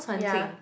ya